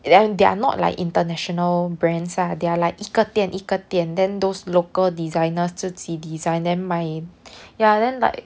then they are not like international brands ah they are like 一个店一个店 then those local designers 自己 design then my then like